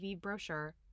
brochure